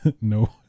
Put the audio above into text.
no